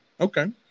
Okay